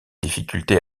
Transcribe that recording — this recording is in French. difficultés